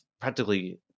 practically